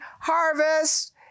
harvest